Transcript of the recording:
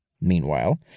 Meanwhile